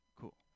cool